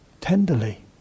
tenderly